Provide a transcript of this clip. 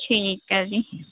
ਠੀਕ ਹੈ ਜੀ